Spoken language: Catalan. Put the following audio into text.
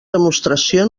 demostració